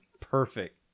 Perfect